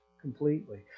completely